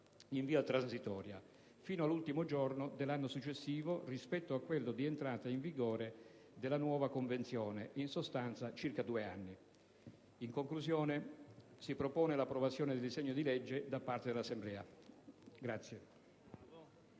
in via transitoria, fino all'ultimo giorno dell'anno successivo rispetto a quello di entrata in vigore della nuova Convenzione (in sostanza, circa due anni). In conclusione, la Commissione propone l'approvazione del disegno di legge da parte dell'Assemblea.